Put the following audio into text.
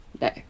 No